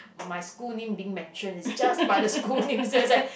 my school name being mentioned is just by the school name